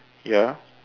ya